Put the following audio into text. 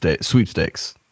sweepstakes